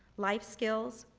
life skills,